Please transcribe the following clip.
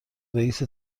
رئیس